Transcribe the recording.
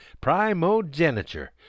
Primogeniture